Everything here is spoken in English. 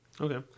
Okay